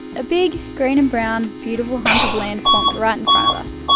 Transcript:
a big green and brown beautiful hunk of land, plunked right in front of us,